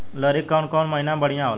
लहरी के खेती कौन महीना में बढ़िया होला?